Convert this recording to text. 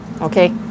Okay